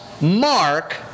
Mark